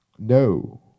No